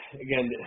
again